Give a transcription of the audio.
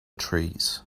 trees